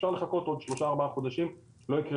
אפשר לחכות קצת עוד שלושה ארבעה חודשים ולא יקרה